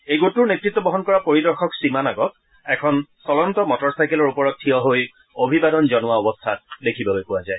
এই গোটটোৰ নেতৃত্ব বহন কৰা পৰিদৰ্শক সীমা নাগক এখন চলন্ত মটৰ চাইকেলৰ ওপৰত থিয় হৈ অভিবাদন জনোৱা অৱস্থাত দেখিবলৈ পোৱা যায়